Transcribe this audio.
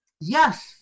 Yes